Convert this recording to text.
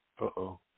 Uh-oh